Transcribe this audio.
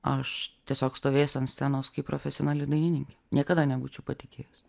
aš tiesiog stovėsiu ant scenos kaip profesionali dainininkė niekada nebūčiau patikėjus